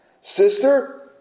Sister